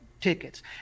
tickets